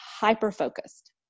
hyper-focused